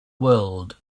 world